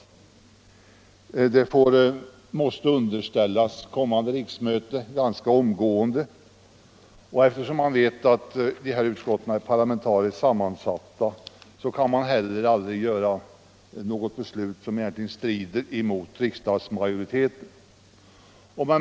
Vidare måste beslutet underställas kommande riksmöte ganska omgående, och eftersom utskotten är parlamentariskt sammansatta kommer de inte att fatta något beslut som strider mot riksdagsmajoritetens uppfattning.